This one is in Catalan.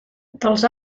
dels